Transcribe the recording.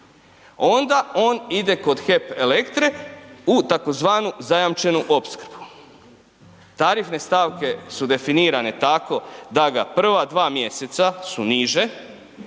onda on ide kod HEP Elektre u tzv. zajamčenu opskrbu. Tarifne stavke su definirane da ga prva mjeseca su niže